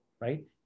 right